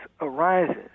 arises